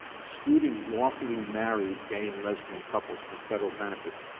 excluding lawfully married gay and lesbian couples from federal benefits,